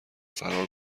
فرار